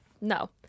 No